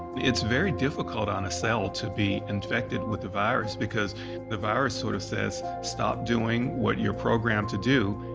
it's very difficult on a cell to be infected with the virus, because the virus sort of says, stop doing what you're programmed to do.